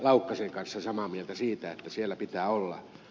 laukkasen kanssa samaa mieltä siitä että siellä pitää olla